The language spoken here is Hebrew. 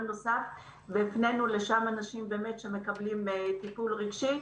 נוסף והפנינו לשם אנשים שמקבלים טיפול רגשי,